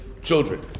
children